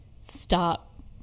stop